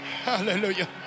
Hallelujah